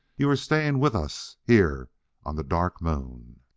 you're staying with us here on the dark moon!